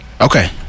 Okay